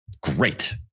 great